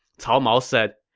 cao mao said,